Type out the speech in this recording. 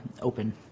open